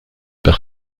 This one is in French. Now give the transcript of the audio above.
par